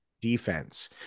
defense